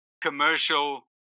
commercial